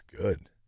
good